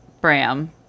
Bram